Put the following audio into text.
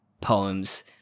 poems